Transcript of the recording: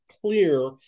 clear